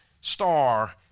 star